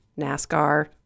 NASCAR